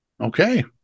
Okay